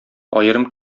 аерым